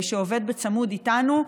שעובד בצמוד איתנו.